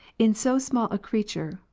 in so small a creature,